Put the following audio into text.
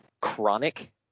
chronic